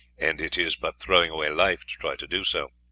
and it is but throwing away life to try to do so.